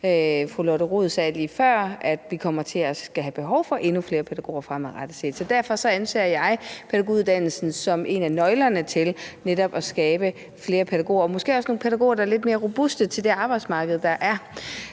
fru Lotte Rod sagde lige før, får vi behov for endnu flere pædagoger fremadrettet set, og jeg anser pædagoguddannelsen som en af nøglerne til netop at skabe flere pædagoger og måske også nogle pædagoger, der er lidt mere robuste til det arbejdsmarked, der er.